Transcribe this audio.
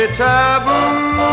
taboo